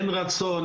אין רצון.